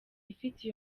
ifite